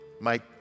Mike